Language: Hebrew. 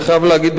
ואני חייב להגיד,